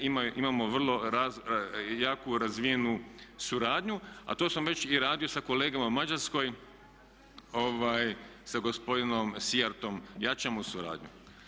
Imamo vrlo jaku razvijenu suradnju, a to sam već i radio sa kolegama u Mađarskoj sa gospodinom Siertom jačamo suradnju.